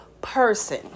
person